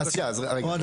אז שנייה, אז רגע.